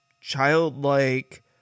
childlike